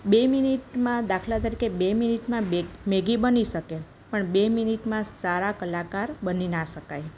બે મિનિટમાં દાખલા તરીકે બે મિનિટમાં મેગી બની શકે પણ બે મિનિટમાં સારા કલાકાર બની ના શકાય